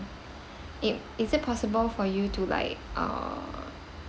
it is it possible for you to like uh